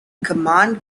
command